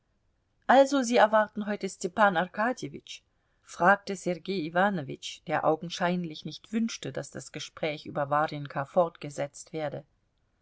also sie erwarten heute stepan arkadjewitsch fragte sergei iwanowitsch der augenscheinlich nicht wünschte daß das gespräch über warjenka fortgesetzt werde